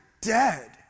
dead